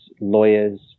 lawyers